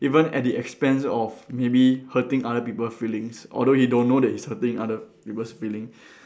even at the expense of maybe hurting other people feelings although he don't know that he's hurting other people's feeling